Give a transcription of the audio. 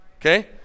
Okay